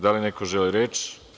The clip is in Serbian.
Da li neko želi reč?